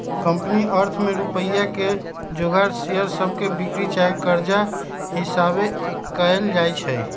company अर्थ में रुपइया के जोगार शेयर सभके बिक्री चाहे कर्जा हिशाबे कएल जाइ छइ